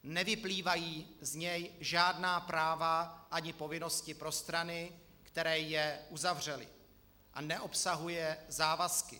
Nevyplývají z něj žádná práva ani povinnosti pro strany, které je uzavřely, a neobsahuje závazky.